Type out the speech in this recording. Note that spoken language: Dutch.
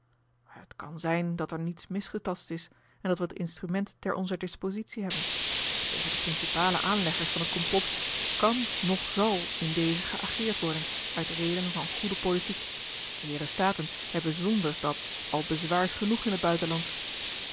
het kan zijn dat er niet misgetast is en dat we het instrument ter onzer dispositie hebben maar tegen de principale aanleggers van het komplot kan noch zal in dezen geageerd worden uit redenen van goede politiek de heeren staten hebben zonderdàt al bezwaars genoeg in het buitenland